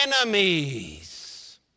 enemies